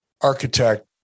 architect